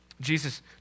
Jesus